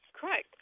Correct